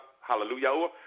hallelujah